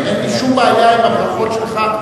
אין לי שום בעיה עם הברכות שלך,